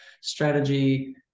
strategy